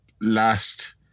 last